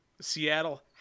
seattle